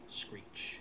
screech